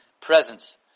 presence